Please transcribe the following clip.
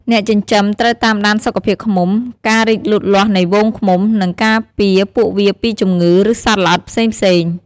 អ្នកចិញ្ចឹមត្រូវតាមដានសុខភាពឃ្មុំ ការរីកលូតលាស់នៃហ្វូងឃ្មុំ និងការពារពួកវាពីជំងឺ ឬសត្វល្អិតផ្សេងៗ។